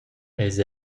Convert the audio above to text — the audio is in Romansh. eis